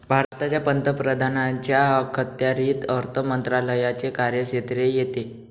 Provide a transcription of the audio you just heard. भारताच्या पंतप्रधानांच्या अखत्यारीत अर्थ मंत्रालयाचे कार्यक्षेत्र येते